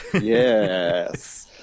Yes